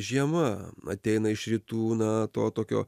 žiema ateina iš rytų na to tokio